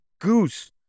Goose